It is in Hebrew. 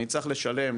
אני צריך לשלם,